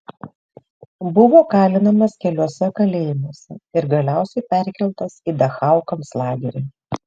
buvo kalinamas keliuose kalėjimuose ir galiausiai perkeltas į dachau konclagerį